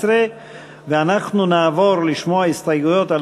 17). אנחנו נעבור לשמוע הסתייגויות על